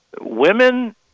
Women